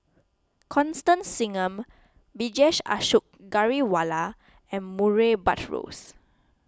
Constance Singam Vijesh Ashok Ghariwala and Murray Buttrose